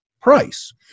price